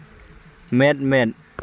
ᱢᱮᱸᱫ ᱢᱮᱸᱫ